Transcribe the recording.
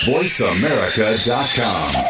VoiceAmerica.com